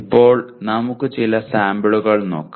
ഇപ്പോൾ നമുക്ക് ചില സാമ്പിളുകൾ നോക്കാം